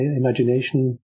imagination